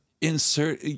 insert